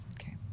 Okay